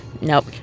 nope